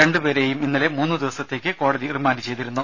രണ്ടു പേരെയും ഇന്നലെ മൂന്ന് ദിവസത്തേക്ക് കോടതി റിമാന്റ് ചെയ്തിരുന്നു